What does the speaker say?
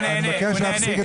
מבקש להפסיק את